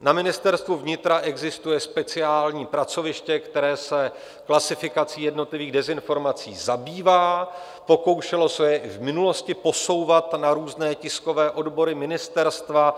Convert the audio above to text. Na Ministerstvu vnitra existuje speciální pracoviště, které se klasifikací jednotlivých dezinformací zabývá, pokoušelo se je i v minulosti posouvat na různé tiskové odbory ministerstva.